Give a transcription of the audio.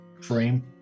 frame